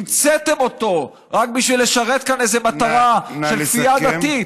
המצאתם אותו רק בשביל לשרת כאן איזו מטרה של כפייה דתית.